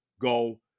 go